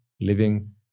living